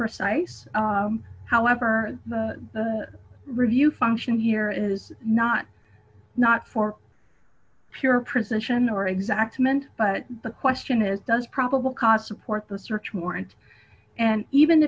precise however the review function here is not not for pure precision or exact meant but the question is does probable cause report the search warrant and even